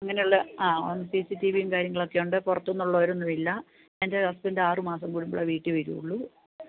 അങ്ങനെയുള്ള ആ സി സി ടീ വിയും കാര്യങ്ങളുമൊക്കെയുണ്ട് പുറത്തുനിന്നുള്ളവരൊന്നുമില്ല എൻ്റെ ഹസ്ബൻഡ് ആറു മാസം കൂടുമ്പോഴേ വീട്ടില് വരികയുള്ളൂ